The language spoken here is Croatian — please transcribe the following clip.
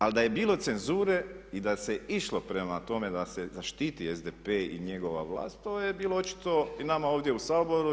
Ali da je bilo cenzure i da se išlo prema tome da se zaštiti SDP i njegova vlast to je bilo očito i nama ovdje u Saboru.